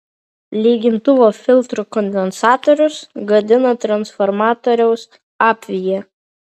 lygintuvo filtro kondensatorius gadina transformatoriaus apviją